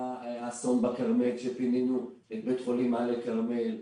האסון בכרמל שפינינו בית חולים מעלה כרמל,